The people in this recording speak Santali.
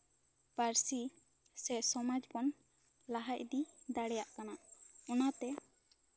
ᱯᱟᱹᱨᱥᱤ ᱥᱮ ᱥᱚᱢᱟᱡᱽ ᱵᱚᱱ ᱞᱟᱦᱟ ᱤᱫᱤ ᱫᱟᱲᱮᱭᱟᱜ ᱠᱟᱱᱟ ᱚᱱᱟᱛᱮ